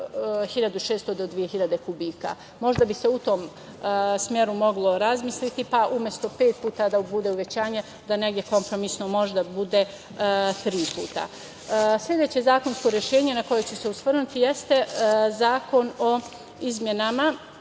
1600 do 2000 kubika. Možda bi se u to smeru moglo razmisliti, pa umesto pet puta da bude uvećanje, da negde kompromisno možda bude tri puta. Sledeće zakonsko rešenje na koje ću se osvrnuti jeste Zakon o izmenama